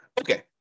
Okay